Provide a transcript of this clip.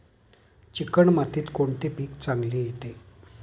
Chicken मातीत कोणते पीक चांगले येते?